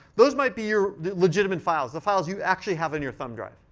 those might be your legitimate files, the files you actually have on your thumb drive.